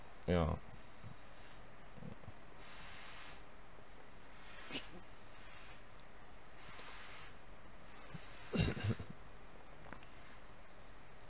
ya